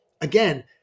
again